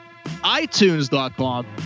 itunes.com